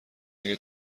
اگه